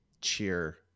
cheer